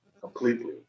completely